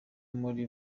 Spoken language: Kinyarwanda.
muri